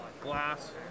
glass